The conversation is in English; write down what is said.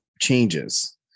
changes